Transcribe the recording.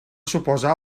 suposar